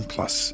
Plus